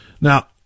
Now